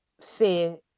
fear